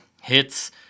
hits